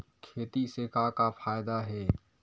खेती से का का फ़ायदा हे?